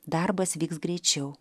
darbas vyks greičiau